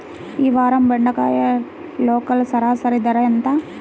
ఈ వారం బెండకాయ లోకల్ సరాసరి ధర ఎంత?